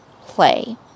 play